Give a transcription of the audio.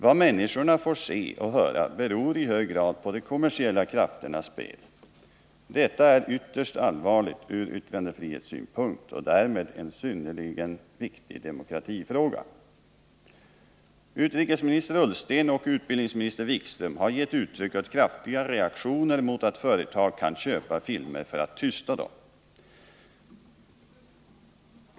Vad människorna får se och höra beror i hög grad på de kommersiella krafternas spel. Detta är ytterst allvarligt ur yttrandefrihetssynpunkt och därmed en synnerligen viktig demokratifråga. Utrikesminister Ullsten och utbildningsminister Wikström har gett uttryck för kraftiga reaktioner mot att företag kan köpa filmer för att undanhålla dem för allmänheten.